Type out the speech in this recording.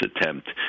attempt